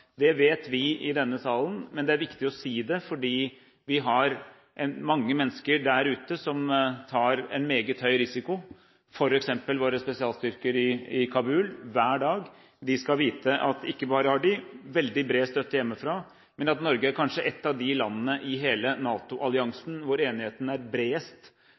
Det vet vi i denne salen, men det er viktig å si det, fordi vi har mange mennesker der ute som tar en meget høy risiko hver dag, f.eks. våre spesialstyrker i Kabul. De skal vite ikke bare at de har veldig bred støtte hjemmefra, men at Norge kanskje er et av de landene i hele NATO-alliansen hvor enigheten er bredest.